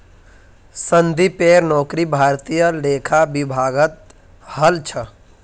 संदीपेर नौकरी भारतीय लेखा विभागत हल छ